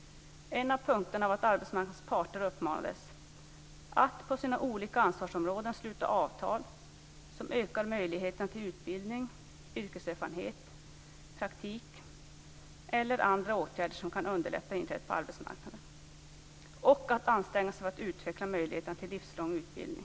En av punkterna var att arbetsmarknadens parter uppmanades att på sina olika ansvarsområden sluta avtal som ökar möjligheten till utbildning, yrkeserfarenhet, praktik eller andra åtgärder som kan underlätta inträdet på arbetsmarknaden. Dessutom skall de anställda kunna utveckla möjligheterna till livslång utbildning.